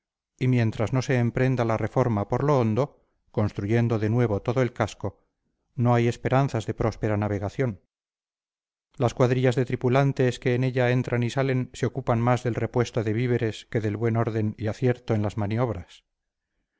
y mientras no se emprenda la reforma por lo hondo construyendo de nuevo todo el casco no hay esperanzas de próspera navegación las cuadrillas de tripulantes que en ella entran y salen se ocupan más del repuesto de víveres que del buen orden y acierto en las maniobras